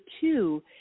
two